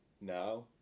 now